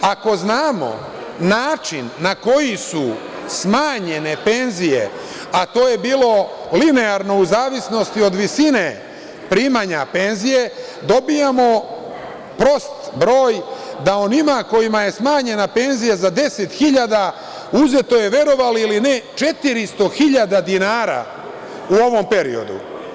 Ako znamo način na koji su smanjene penzije, a to je bilo linearno u zavisnosti od visine primanja penzije, dobijamo prost broj da onima kojima je smanjena penzija za deset hiljada uzeto je, verovali ili ne, 400 hiljada dinara u ovom periodu.